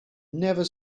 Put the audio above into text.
never